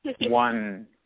one